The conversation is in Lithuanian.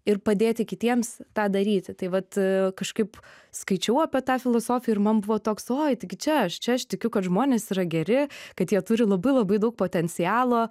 ir padėti kitiems tą daryti tai vat kažkaip skaičiau apie tą filosofiją ir man buvo toks oi taigi čia aš čia aš tikiu kad žmonės yra geri kad jie turi labai labai daug potencialo